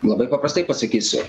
labai paprastai pasakysiu